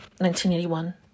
1981